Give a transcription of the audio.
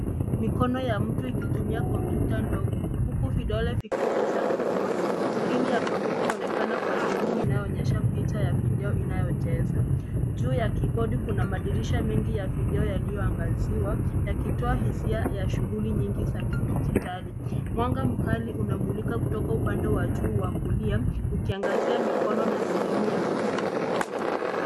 Mikono ya mtu inaonekana ikitumia kompyuta ndogo. Kibodi kiko wazi mbele yake. Kwenye skrini ya kompyuta inaonekana dirisha linaloonyesha video inayochezewa. Juu ya kibodi kuna madirisha mengi ya video yaliyoangaziwa, yanayohusiana na shughuli mbalimbali za kielektroniki. Mwanga mkali unatoka juu, ukiangaza mikono na skrini ya kompyuta.